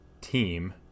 team